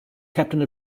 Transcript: captain